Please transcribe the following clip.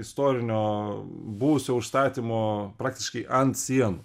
istorinio buvusio užstatymo praktiškai ant sienų